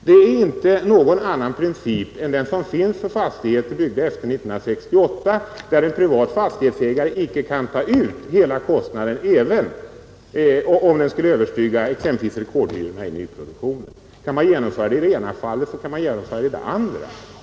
Det är inte någon annan princip än den som finns för fastigheter byggda efter 1968, där en privat fastighetsägare icke kan ta ut hela kostnaden, även om den skulle överstiga exempelvis rekordhyrorna i nyproduktionen. Kan man genomföra det i det ena fallet, så kan man genomföra det i det andra.